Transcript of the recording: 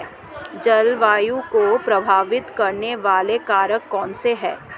जलवायु को प्रभावित करने वाले कारक कौनसे हैं?